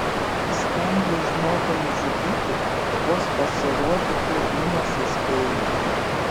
įstengei žmogų nužudyti vos pasirodyti rūmuose spėjai